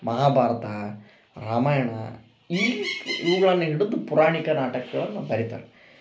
ಮಹಾಭಾರತ ರಾಮಾಯಣ ಈ ಇವ್ಗಳನ್ನ ಹಿಡಿದು ಪುರಾಣಿಕ ನಾಟಕಗಳನ್ನ ಬರಿತಾರ